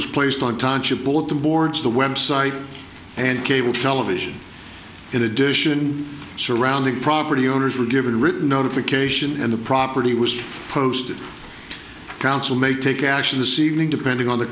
was placed on touch of bulletin boards the website and cable television in addition surrounding property owners were given written notification and the property was posted the council may take action this evening depending on the